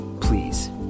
Please